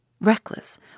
reckless